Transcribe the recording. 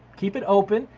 keep it open,